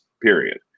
period